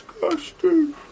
disgusting